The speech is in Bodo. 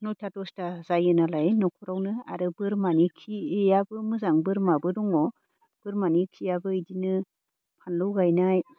नयथा दसथा जायो नालाय न'खरावनो आरो बोरमानि खियाबो मोजां बोरमाबो दङ बोरमानि खियाबो इदिनो फानलौ गायनाय